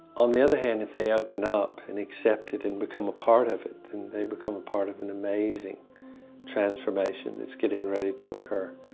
on the other hand if they open up and accept it and become a part of it and they become part of an amazing transformation that is getting ready to occur.